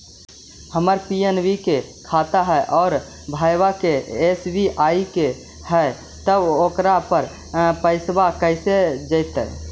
हमर पी.एन.बी के खाता है और भईवा के एस.बी.आई के है त ओकर पर पैसबा कैसे जइतै?